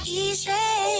easy